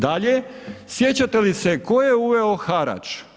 Dalje, sjećate li se tko je uveo harač?